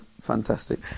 fantastic